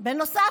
בנוסף,